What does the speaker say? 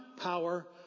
power